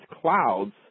clouds